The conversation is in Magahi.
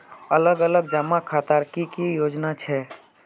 अलग अलग जमा खातार की की योजना छे?